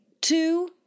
two